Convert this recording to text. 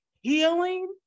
Healing